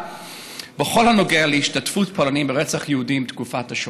בכל הנוגע להשתתפות פולנים ברצח יהודים בתקופת השואה.